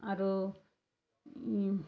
ଆରୁ